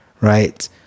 right